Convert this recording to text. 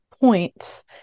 points